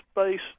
space